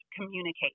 communicate